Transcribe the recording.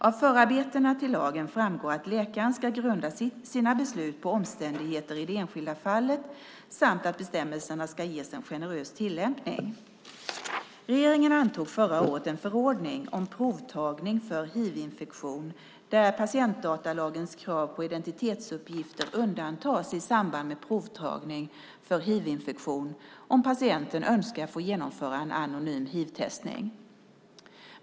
Av förarbetena till lagen framgår att läkaren ska grunda sina beslut på omständigheter i det enskilda fallet samt att bestämmelserna ska ges en generös tillämpning. Regeringen antog förra året en förordning om provtagning för hivinfektion där patientdatalagens krav på identitetsuppgifter undantas i samband med provtagning för hivinfektion om patienten önskar få genomföra en anonym hivtestning.